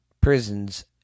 prisons